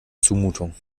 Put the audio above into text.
zumutung